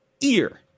ear